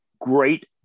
great